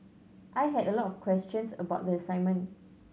I had a lot of questions about the assignment